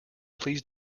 please